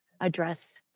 address